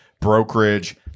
brokerage